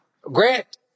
Grant